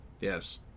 Yes